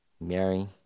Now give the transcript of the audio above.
Mary